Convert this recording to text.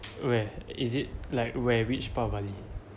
where is it like where which part of bali